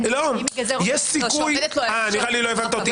נראה לי לא הבנת אותי.